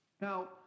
Now